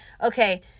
Okay